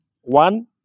one